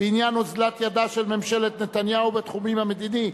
בעניין אוזלת ידה של ממשלת נתניהו בתחום המדיני,